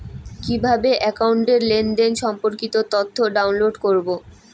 কিভাবে একাউন্টের লেনদেন সম্পর্কিত তথ্য ডাউনলোড করবো?